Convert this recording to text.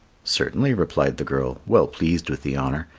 certainly, replied the girl, well pleased with the honour,